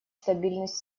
стабильность